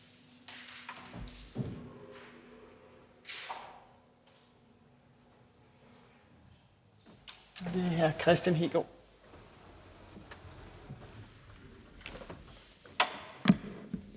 det er hr. Christian Juhl.